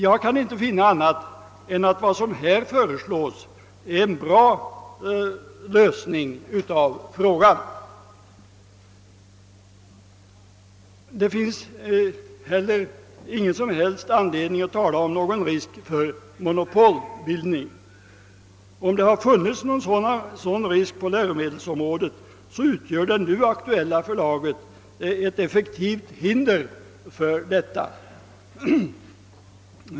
Jag kan inte finna annat än att den lösning på problemet som här föreslås är bra. Det finns heller ingen som helst anledning att tala om risk för monopolbildning — om det har funnits någon sådan risk på läromedelsområdet tidigare, utgör det nu aktuella förlaget ett effektivt hinder däremot.